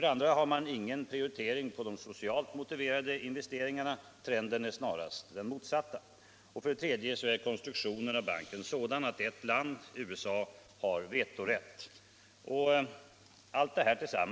Man har heller ingen prioritering för de socialt motiverade investeringarna — trenden är snarast den motsatta. Till bilden hör också att konstruktionen av banken är sådan att ert land, USA, har vetorätt när det gäller utlåningsbeslut.